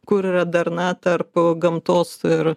kur yra darna tarp gamtos ir